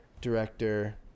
director